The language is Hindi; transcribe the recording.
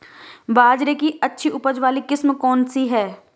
बाजरे की अच्छी उपज वाली किस्म कौनसी है?